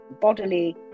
bodily